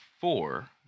four